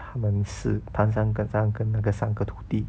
他们是唐三跟唐三跟那个三个徒弟